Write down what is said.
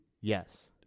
yes